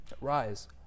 rise